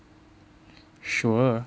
sure